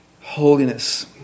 holiness